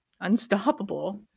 unstoppable